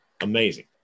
Amazing